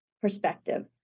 perspective